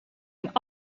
een